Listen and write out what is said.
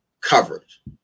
coverage